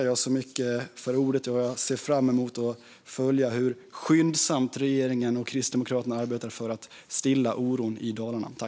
Jag ser fram emot att följa hur skyndsamt regeringen och Kristdemokraterna arbetar för att stilla oron i Dalarna.